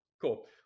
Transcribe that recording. cool